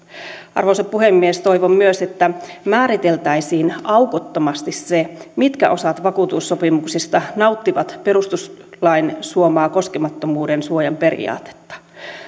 arvoisa puhemies toivon myös että määriteltäisiin aukottomasti se mitkä osat vakuutussopimuksista nauttivat perustuslain suomaa koskemattomuuden suojan periaatetta